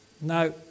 Now